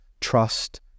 trust